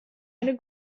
eine